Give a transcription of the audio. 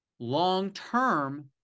Long-term